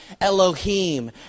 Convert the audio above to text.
Elohim